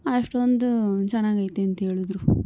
ಅಷ್ಟೊಂದು ಚೆನ್ನಾಗೈತೆ ಅಂಥೇಳಿದ್ರು